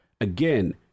again